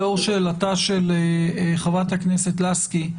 לאור שאלתה של חברת הכנסת לסקי,